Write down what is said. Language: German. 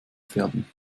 pferden